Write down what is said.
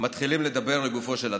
מתחילים לדבר לגופו של אדם.